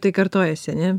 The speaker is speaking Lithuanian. tai kartojasi ane